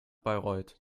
bayreuth